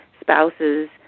spouses